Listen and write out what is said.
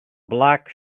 black